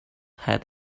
had